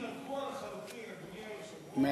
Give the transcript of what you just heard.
אני רגוע לחלוטין, אדוני היושב-ראש.